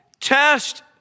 test